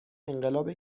انقلاب